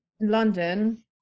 London